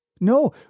No